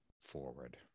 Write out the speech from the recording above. forward